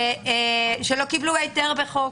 שלא קיבלו היתר בחוק.